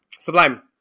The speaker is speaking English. Sublime